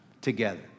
together